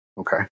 Okay